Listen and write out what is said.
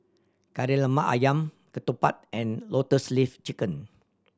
Kari Lemak Ayam ketupat and Lotus Leaf Chicken